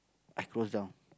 I close down